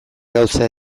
gauza